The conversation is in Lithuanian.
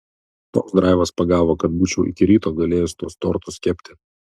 toks draivas pagavo kad būčiau iki ryto galėjus tuos tortus kepti